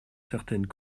certaines